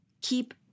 keep